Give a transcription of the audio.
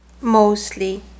mostly